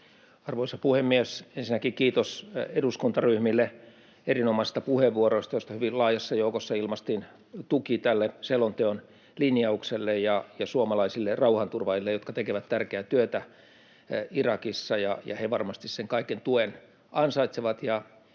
Arvoisa puhemies! Ensinnäkin kiitos eduskuntaryhmille erinomaisista puheenvuoroista, joista hyvin laajassa joukossa ilmaistiin tuki tälle selonteon linjaukselle ja suomalaisille rauhanturvaajille, jotka tekevät tärkeää työtä Irakissa. He varmasti ansaitsevat ja tarvitsevat